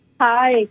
Hi